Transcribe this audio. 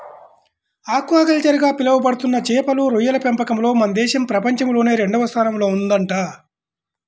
aquaculture గా పిలవబడుతున్న చేపలు, రొయ్యల పెంపకంలో మన దేశం ప్రపంచంలోనే రెండవ స్థానంలో ఉందంట